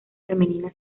femenina